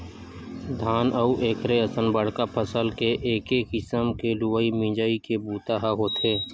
धान अउ एखरे असन बड़का फसल के एके किसम ले लुवई मिजई के बूता ह होथे